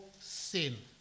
sin